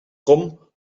com